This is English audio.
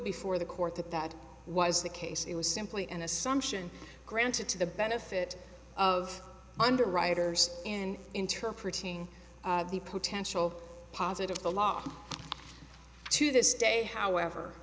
before the court that that was the case it was simply an assumption granted to the benefit of underwriters in interpretating the potential positive the law to this day however